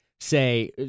say